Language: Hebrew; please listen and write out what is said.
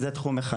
זה תחום אחד.